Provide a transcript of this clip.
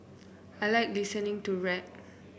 I like listening to rap